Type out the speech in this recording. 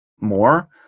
more